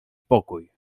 pokój